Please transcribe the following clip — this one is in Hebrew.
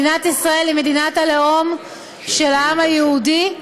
מדינת ישראל היא מדינת הלאום של העם היהודי,